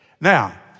Now